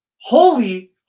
holy